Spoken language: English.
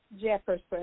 Jefferson